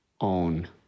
own